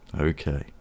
Okay